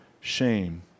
shame